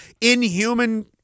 inhuman